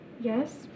Yes